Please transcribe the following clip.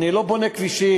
אני לא בונה כבישים,